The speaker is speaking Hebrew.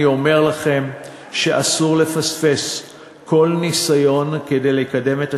אני אומר לכם שאסור לפספס כל ניסיון לקדם את השלום,